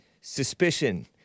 suspicion